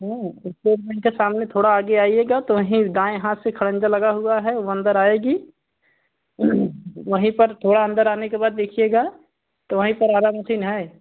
state bank का सामने थोड़ा आगे आइएगा तो वहीं दाएँ हाथ से खरंजा लगा हुआ है वो अन्दर आएगी वहीं पर थोड़ा अन्दर आने के बाद देखिएगा तो वहीं पर आरा मशीन है